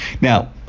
now